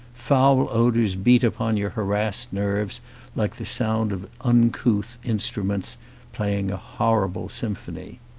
foul odours beat upon your harassed nerves like the sound of uncouth in struments playing a horrible symphony.